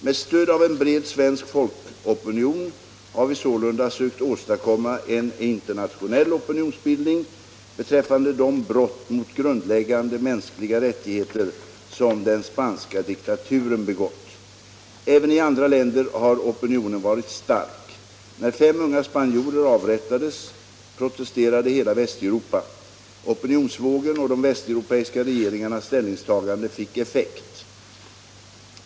Med stöd av en bred svensk folkopinion har vi sålunda sökt åstadkomma en internationell opinionsbildning beträffande de brott mot 13 Om utvecklingen i Spanien efter general Francos död grundläggande mänskliga rättigheter som den spanska diktaturen begått. Även i andra länder har opinionen varit stark. När fem unga spanjorer avrättades protesterade hela Västeuropa. Opinionsvågen och de västeuropeiska regeringarnas ställningstagande fick effekt.